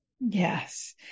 Yes